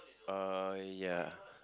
uh ya